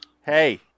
Hey